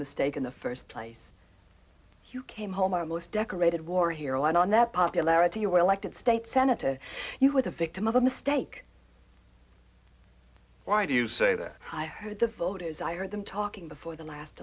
mistake in the first place you came home on a most decorated war hero and on that popularity you were elected state senator you were the victim of a mistake why do you say that i had the vote is i heard them talking before the last